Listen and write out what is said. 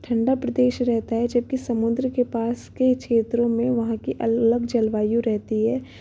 ठंडा प्रदेश रहता है जबकि समुद्र के पास के क्षेत्रों में वहाँ की अलग जलवायु रहती है